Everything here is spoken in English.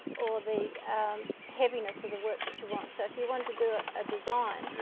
or the heaviness of the work that you want. so if you wanted to do a design,